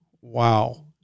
wow